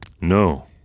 No